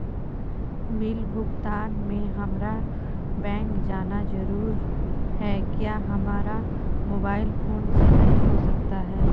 Bill भुगतान में हम्मारा बैंक जाना जरूर है क्या हमारा मोबाइल फोन से नहीं हो सकता है?